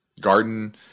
garden